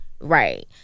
Right